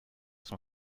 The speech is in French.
son